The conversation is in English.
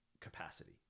capacity